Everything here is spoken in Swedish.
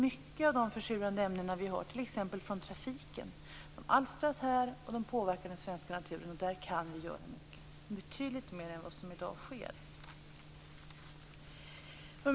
Många av de försurande ämnena vi har t.ex. från trafiken alstras här och påverkar den svenska naturen, och i fråga om det kan vi göra mycket, betydligt mer än vad som i dag sker.